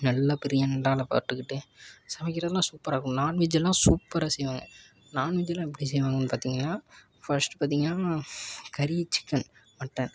நல்ல பெரிய அண்டாவில் போட்டுக்கிட்டு சமைக்கிறதுன்னால் சூப்பராக இருக்கும் நான்வெஜ்ஜெல்யெலாம் சூப்பராக செய்வாங்க நான்வெஜ்ஜெல்யெலாம் எப்படி செய்வாங்கன்னு பார்த்தீங்கன்னா ஃபஸ்ட் பார்த்தீங்கன்னா கறி சிக்கன் மட்டன்